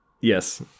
yes